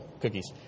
cookies